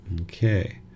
Okay